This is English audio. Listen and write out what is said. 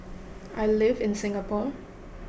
I live in Singapore